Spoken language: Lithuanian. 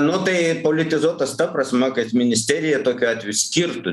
nu tai politizuotas ta prasme kad ministerija tokiu atveju skirtų